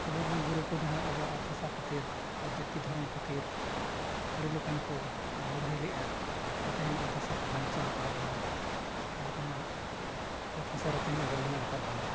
ᱟᱵᱚᱨᱮᱱ ᱜᱩᱨᱩ ᱠᱚ ᱡᱟᱦᱟᱸ ᱟᱵᱚᱣᱟᱜ ᱚᱛ ᱦᱟᱥᱟ ᱠᱷᱟᱹᱛᱤᱨ ᱟᱵᱚᱣᱟᱜ ᱡᱟᱹᱛᱤ ᱫᱷᱚᱨᱚᱢ ᱠᱷᱟᱹᱛᱤᱨ ᱟᱹᱰᱤ ᱞᱮᱠᱟᱱ ᱠᱚ ᱞᱟᱹᱲᱦᱟᱹᱭ ᱞᱮᱜᱼᱟ ᱛᱮᱦᱮᱧ ᱚᱛ ᱦᱟᱥᱟ ᱠᱚ ᱵᱟᱧᱪᱟᱣ ᱟᱠᱟᱫ ᱵᱚᱱᱟ ᱟᱨ ᱚᱱᱟ ᱚᱛ ᱦᱟᱥᱟ ᱨᱮ ᱛᱮᱦᱮᱧ ᱟᱵᱚ ᱢᱮᱱᱟᱜ ᱟᱠᱟᱫ ᱵᱚᱱᱟ